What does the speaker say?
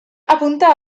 apunta